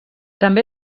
també